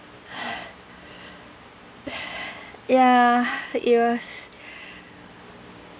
ya it was